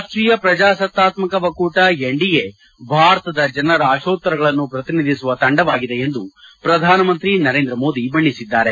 ರಾಷ್ಟೀಯ ಪ್ರಜಾಸತ್ತಾತ್ಮಕ ಒಕ್ಕೂಟ ಎನ್ಡಿಎ ಭಾರತದ ಜನರ ಅಶೋತ್ತರಗಳನ್ನು ಪ್ರತಿನಿಧಿಸುವ ತಂಡವಾಗಿದೆ ಎಂದು ಪ್ರಧಾನಮಂತ್ರಿ ನರೇಂದ್ರ ಮೋದಿ ಬಣ್ಣಿಸಿದ್ದಾರೆ